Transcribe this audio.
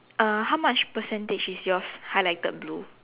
uh how much percentage is yours highlighted blue